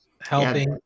helping